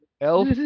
Elf